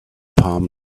palm